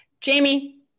Jamie